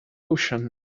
ocean